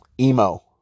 emo